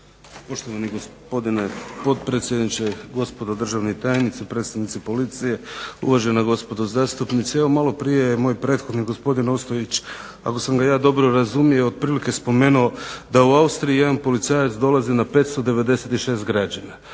Poštovani gospodine potpredsjedniče, gospodo državni tajnici, predstavnici Policije, uvažena gospodo zastupnici. Evo maloprije je moj prethodnik gospodin Ostojić, ako sam ga je dobro razumio, otprilike spomenuo da u Austriji jedan policajac dolazi na 596 građana,